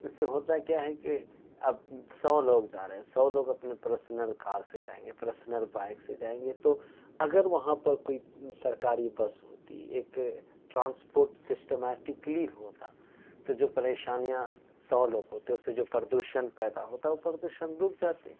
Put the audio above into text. اس سے ہوتا کیا ہے کہ اب سو لوگ جا رہے ہیں سو لوگ اپنی پرسنل کار سے جائیں گے پرسنل بائک سے جائیں گے تو اگر وہاں پر کوئی سرکاری بس ہوتی ایک ٹرانسپورٹ سسٹمیٹکلی ہوتا تو جو پریشانیاں سو لوگوں سے ہوتے جو پردوشن پیدا ہوتا وہ پردوشن رک جاتے